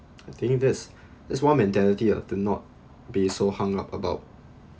I think this is one mentality of to not be so hung up about